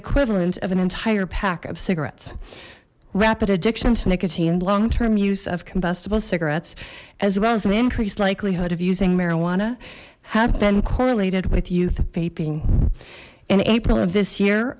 equivalent of an entire pack of cigarettes rapid addiction to nicotine long term use of combustible cigarettes as well as an increased likelihood of using marijuana have been correlated with youth vaping in april of this year